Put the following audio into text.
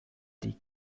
die